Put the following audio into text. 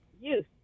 youth